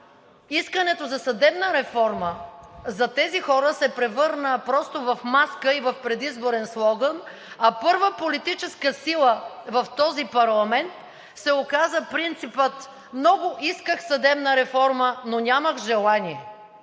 искането за съдебна реформа за тези хора се превърна просто в маска и в предизборен слоган, а първа политическа сила в този парламент се оказа принципът „Много исках съдебна реформа, но нямах желание.“